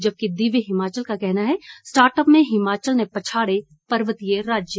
जबकि दिव्य हिमाचल का कहना है स्टार्टअप में हिमाचल ने पछाड़े पर्वतीय राज्य